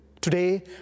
Today